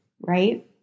Right